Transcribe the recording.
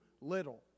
little